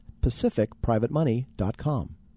PacificPrivateMoney.com